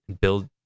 build